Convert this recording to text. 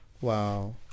Wow